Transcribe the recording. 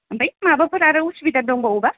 ओमफ्राय माबाफोर आरो असुबिदा दंबावोबा